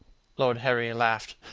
lord henry laughed.